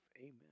Amen